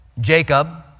Jacob